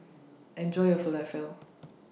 Enjoy your Falafel